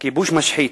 הכיבוש משחית.